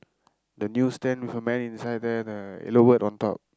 the new stand with a man inside there the yellow bird on top